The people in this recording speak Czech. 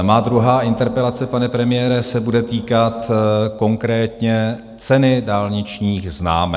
Má druhá interpelace, pane premiére, se bude týkat konkrétně ceny dálničních známek.